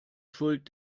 schuld